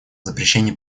запрещении